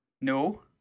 No